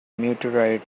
meteorite